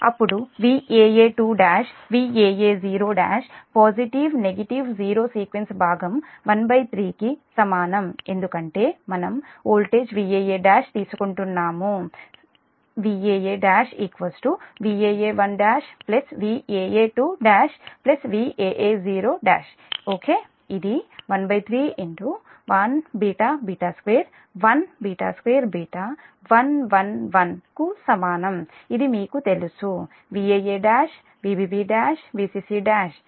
అప్పుడు Vaa12 Vaa10 positive negative zero sequence భాగం 13 కి సమానం ఎందుకంటే మనం వోల్టేజ్ Vaa1 తీసుకుంటున్నాము Vaa1 Vaa11 Vaa12 Vaa10 okay ఇది 13 1 β β2 1 β2 β 1 1 1 కు సమానం ఇది మీకు తెలుసు Vaa1 Vbb1 Vcc1